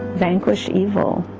vanquish evil